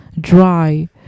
dry